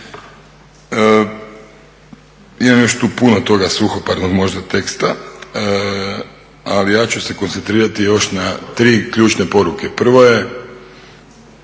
Imam još tu puno toga suhoparnog možda teksta, ali ja ću se koncentrirati još na 3 ključne poruke. Prva je,